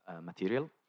material